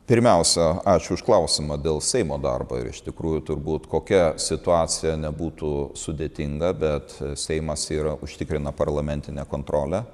pirmiausia ačiū už klausimą dėl seimo darbo ir iš tikrųjų turbūt kokia situacija nebūtų sudėtinga bet seimas ir užtikrina parlamentinę kontrolę